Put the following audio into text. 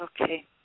Okay